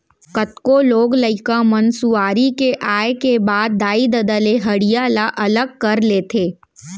कतको लोग लइका मन सुआरी के आए के बाद दाई ददा ले हँड़िया ल अलग कर लेथें